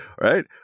right